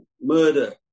Murder